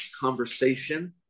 conversation